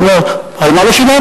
הוא אומר: על מה לא שילמתי?